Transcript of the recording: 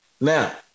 Now